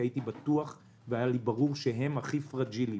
הייתי בטוח והיה לי ברור שהם הכי פגיעים.